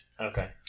Okay